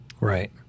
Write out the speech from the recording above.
Right